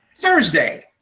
Thursday